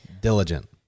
Diligent